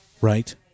Right